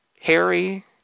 harry